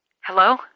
Hello